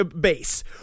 base